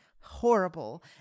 horrible